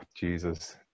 Jesus